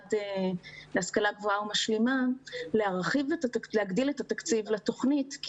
המשרד להשכלה גבוהה ומשלימה להגדיל את התקציב לתוכנית,